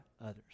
others